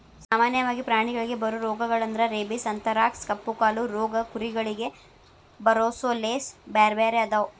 ಸಾಮನ್ಯವಾಗಿ ಪ್ರಾಣಿಗಳಿಗೆ ಬರೋ ರೋಗಗಳಂದ್ರ ರೇಬಿಸ್, ಅಂಥರಾಕ್ಸ್ ಕಪ್ಪುಕಾಲು ರೋಗ ಕುರಿಗಳಿಗೆ ಬರೊಸೋಲೇಸ್ ಬ್ಯಾರ್ಬ್ಯಾರೇ ಅದಾವ